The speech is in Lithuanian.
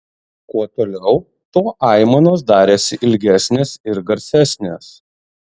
kuo toliau tuo aimanos darėsi ilgesnės ir garsesnės